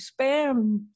spam